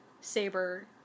saber